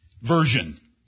version